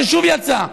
שוב יצא,